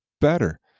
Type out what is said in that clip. better